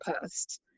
Post